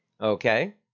Okay